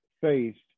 faced